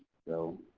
so,